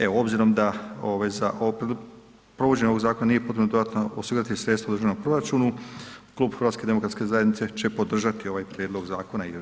Evo obzirom da za provođenje ovog zakona nije potrebno dodatno osigurati sredstva u državnom proračunu Klub HDZ-a će podržati ovaj prijedlog zakona ... Hvala.